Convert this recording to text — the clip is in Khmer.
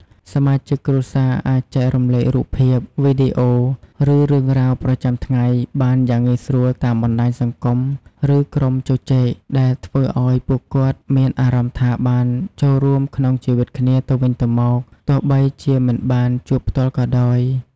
សមាជិកគ្រួសារអាចចែករំលែករូបភាព វីដេអូ ឬរឿងរ៉ាវប្រចាំថ្ងៃបានយ៉ាងងាយស្រួលតាមបណ្ដាញសង្គម ឬក្រុមជជែក ដែលធ្វើឲ្យពួកគាត់មានអារម្មណ៍ថាបានចូលរួមក្នុងជីវិតគ្នាទៅវិញទៅមក ទោះបីជាមិនបានជួបផ្ទាល់ក៏ដោយ។